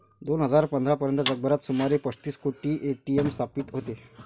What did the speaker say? दोन हजार पंधरा पर्यंत जगभरात सुमारे पस्तीस कोटी ए.टी.एम स्थापित होते